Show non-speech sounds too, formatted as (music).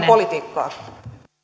(unintelligible) politiikkaa